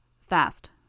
Fast